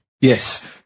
Yes